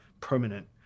permanent